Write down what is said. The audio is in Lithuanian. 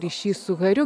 ryšys su hariu